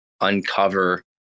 uncover